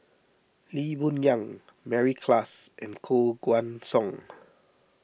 Lee Boon Yang Mary Klass and Koh Guan Song